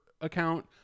account